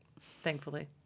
thankfully